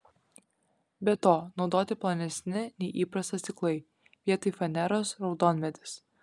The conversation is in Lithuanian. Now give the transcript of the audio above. be to naudoti plonesni nei įprasta stiklai vietoj faneros raudonmedis